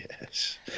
yes